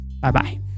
Bye-bye